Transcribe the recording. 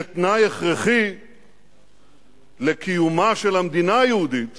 שתנאי הכרחי לקיומה של המדינה היהודית